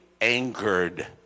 angered